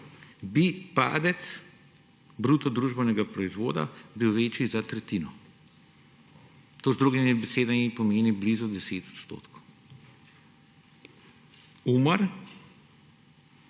bil padec bruto družbenega proizvoda večji za tretjino. To z drugimi besedami pomeni blizu 10 %. UMAR: